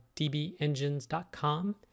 dbengines.com